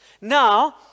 Now